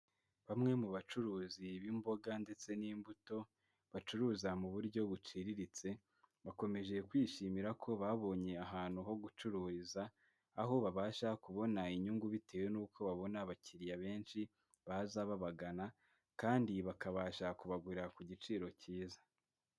Bamwe mu bacuruzi b'imboga ndetse n'imbuto, bacuruza mu buryo buciriritse, bakomeje kwishimira ko babonye ahantu ho gucururiza, aho babasha kubona inyungu bitewe n'uko babona abakiriya benshi baza babagana kandi bakabasha kubagurira ku giciro cyiza.